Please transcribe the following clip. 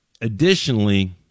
additionally